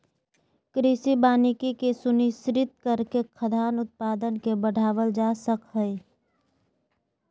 कृषि वानिकी के सुनिश्चित करके खाद्यान उत्पादन के बढ़ावल जा सक हई